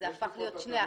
אבל זה הפך להיות שני אחוז.